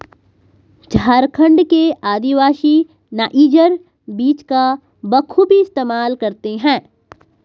झारखंड के आदिवासी नाइजर बीज का बखूबी इस्तेमाल करते हैं